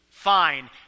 fine